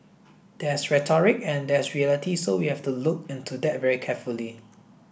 there's rhetoric and there's reality so we have to look into that very carefully